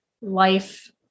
life